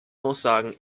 aussage